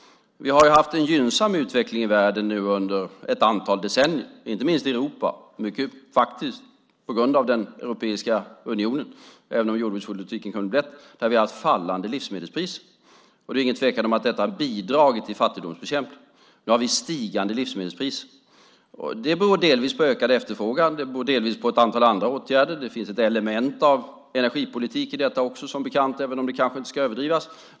Vi har ju haft en gynnsam utveckling i världen under ett antal decennier, inte minst i Europa mycket på grund av Europeiska unionen, även om jordbrukspolitiken kunde vara bättre. Vi har haft fallande livsmedelspriser. Det är ingen tvekan om att det har bidragit till fattigdomsbekämpningen. Nu har vi stigande livsmedelspriser. Det beror delvis på ökad efterfrågan. Det beror delvis på ett antal andra åtgärder. Det finns ett element av energipolitik i detta också, som bekant, även om det kanske inte ska överdrivas.